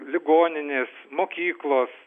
ligoninės mokyklos